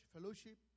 fellowship